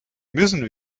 müssen